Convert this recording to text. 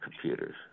computers